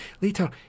Later